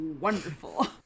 wonderful